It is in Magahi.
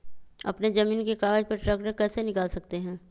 अपने जमीन के कागज पर ट्रैक्टर कैसे निकाल सकते है?